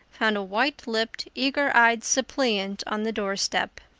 found a white-lipped eager-eyed suppliant on the doorstep.